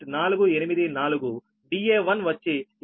484 Da1 వచ్చి 8